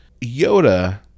Yoda